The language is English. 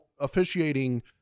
officiating